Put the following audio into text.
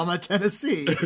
Tennessee